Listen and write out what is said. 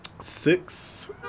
Six